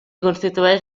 constitueix